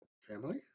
Family